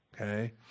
okay